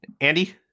Andy